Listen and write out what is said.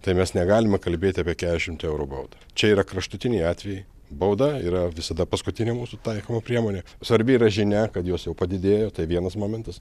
tai mes negalime kalbėti apie keturiasdešimt eurų baudą čia yra kraštutiniai atvejai bauda yra visada paskutinė mūsų taikoma priemonė svarbi yra žinia kad jos jau padidėjo tai vienas momentas